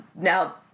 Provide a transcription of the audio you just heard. Now